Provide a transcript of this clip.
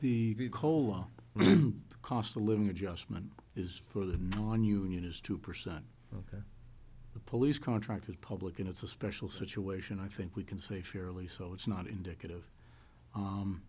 the cola the cost of living adjustment is for the nonunion is two percent that the police contract is public and it's a special situation i think we can say fairly so it's not indicative